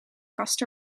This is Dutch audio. kast